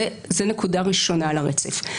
זו נקודה ראשונה על הרצף.